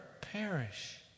perish